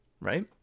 Right